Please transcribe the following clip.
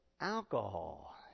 alcohol